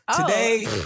today